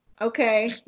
Okay